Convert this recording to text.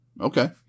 Okay